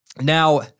Now